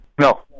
No